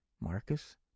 Marcus